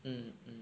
mm mm